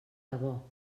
debò